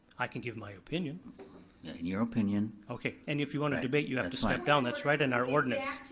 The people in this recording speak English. i can give my opinion. yeah in your opinion okay, and if you wanna debate, you have to step down, that's right in our ordinance.